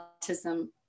autism